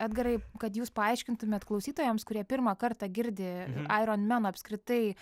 edgarai kad jūs paaiškintumėt klausytojams kurie pirmą kartą girdi aironmeno apskritai